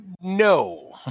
no